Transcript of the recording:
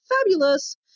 fabulous